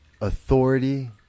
authority